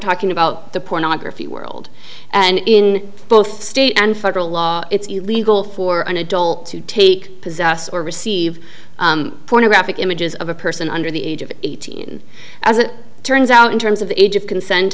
talking about the pornography world and in both state and federal law it's illegal for an adult to take possess or receive pornographic images of a person under the age of eighteen as it turns out in terms of the age of consent